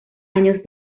años